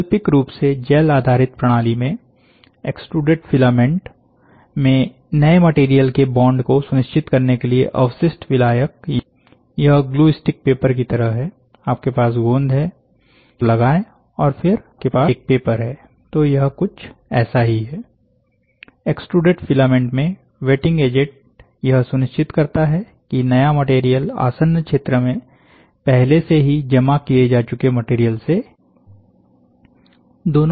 वैकल्पिक रूप से जैल आधारित प्रणाली में एक्सट्रूडेड फिलामेंट में नए मटेरियल के बॉन्ड को सुनिश्चित करने के लिए अवशिष्ट विलायक या वेटिंग एजेंट होना चाहिए यह ग्लूस्टिक पेपर की तरह है आपके पास गोंद है इसे उस पर लगाएं और फिर आपके पास एक पेपर है तो यह कुछ ऐसा ही है एक्सट्रूडेड फिलामेंट में वेटिंग एजेंट यह सुनिश्चित करता है कि नया मटेरियल आसन्न क्षेत्र में पहले से ही जमा किए जा चुके मटेरियल से बॉन्ड बनाये